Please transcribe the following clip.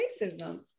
racism